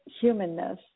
humanness